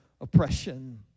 oppression